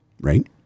Right